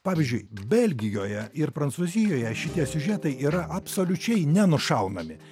pavyzdžiui belgijoje ir prancūzijoje šitie siužetai yra absoliučiai nenušaunami